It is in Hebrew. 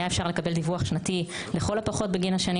היה אפשר לקבל דיווח שנתי לכל הפחות בגין השנים